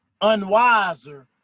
unwiser